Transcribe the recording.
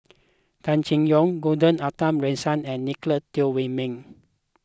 Tan Chay Yan Gordon Arthur Ransome and Nicolette Teo Wei Min